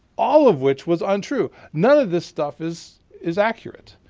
all of which was untrue. none of this stuff is is accurate,